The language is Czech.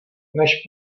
než